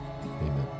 Amen